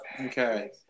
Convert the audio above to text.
Okay